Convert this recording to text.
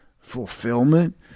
fulfillment